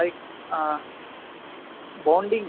like bonding